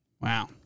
Wow